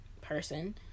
person